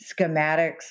schematics